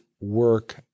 work